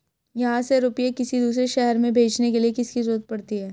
यहाँ से रुपये किसी दूसरे शहर में भेजने के लिए किसकी जरूरत पड़ती है?